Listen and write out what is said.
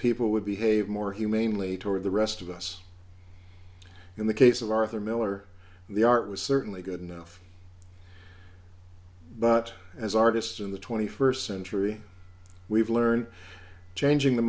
people would behave more humanely toward the rest of us in the case of arthur miller the art was certainly good enough but as artists in the twenty first century we've learned changing the